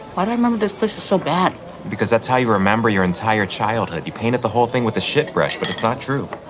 i remember this place is so bad because that's how you remember your entire childhood, you painted the whole thing with a shit brush. but it's not true.